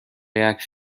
jääks